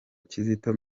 kizito